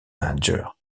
manager